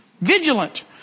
Vigilant